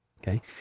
Okay